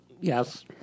Yes